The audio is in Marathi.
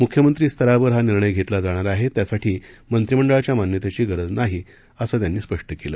मुख्यमंत्री स्तरावर हा निर्णय घेतला जाणार आहे यासाठी मंत्रीमंडळाच्या मान्यतेची गरज नाही असं त्यांनी स्पष्ट केलं